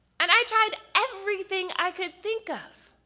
and i tried everything i could think of.